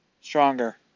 stronger